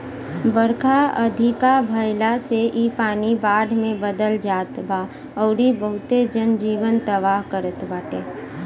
बरखा अधिका भयला से इ पानी बाढ़ में बदल जात बा अउरी बहुते जन जीवन तबाह करत बाटे